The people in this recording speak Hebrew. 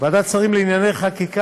החלטת ועדת השרים לענייני חקיקה